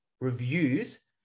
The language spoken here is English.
reviews